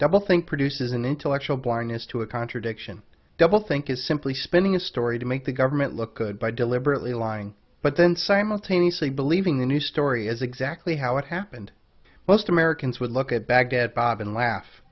doublethink produces an intellectual blindness to a contradiction doublethink is simply spending a story to make the government look good by deliberately lying but then simultaneously believing the news story as exactly how it happened most americans would look at baghdad bob and laugh